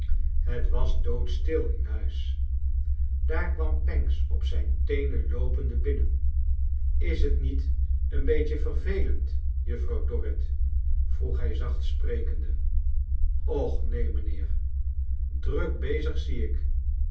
het was doodstil in huis daar kwam pancks op zijn teenen loopende binnen is t niet een beetje vervelend juffronw dorrit vroeg hij zacht sprekende och neen mijnheer druk bezig zie ik